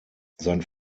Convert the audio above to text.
sein